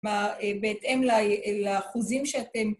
בהתאם לאחוזים שאתם...